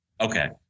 Okay